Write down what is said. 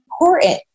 important